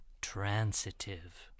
Transitive